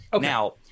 Now